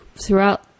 throughout